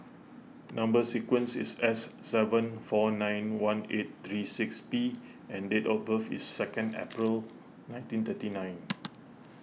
Number Sequence is S seven four nine one eight three six P and date of birth is second April nineteen thirty nine